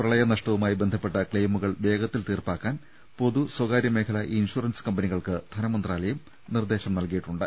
പ്രളയ നഷ്ടവുമായി ബന്ധപ്പെട്ട ക്ലെയിമുകൾ വേഗത്തിൽ തീർപ്പാക്കാൻ പൊതു സ്വകാര്യ മേഖലാ ഇൻഷു റൻസ് കമ്പനികൾക്ക് ധനമന്ത്രാലയം നിർദ്ദേശം നൽക്വിയിട്ടുണ്ട്